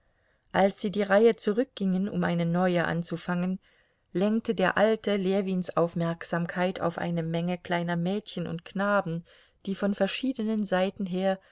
als sie die reihe zurückgingen um eine neue anzufangen lenkte der alte ljewins aufmerksamkeit auf eine menge kleiner mädchen und knaben die von verschiedenen seiten her